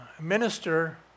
minister